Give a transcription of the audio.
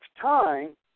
time